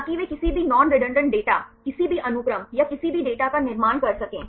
ताकि वे किसी भी नॉन रेडंडान्त डेटा किसी भी अनुक्रम या किसी भी डेटा का निर्माण कर सकें